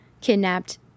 kidnapped